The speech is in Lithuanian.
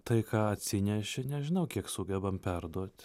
tai ką atsineši nežinau kiek sugebam perduot